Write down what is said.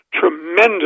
tremendous